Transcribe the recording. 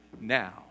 now